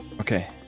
Okay